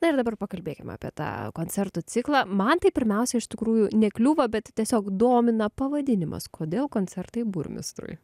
na ir dabar pakalbėkime apie tą koncertų ciklą man tai pirmiausia iš tikrųjų nekliūva bet tiesiog domina pavadinimas kodėl koncertai burmistrui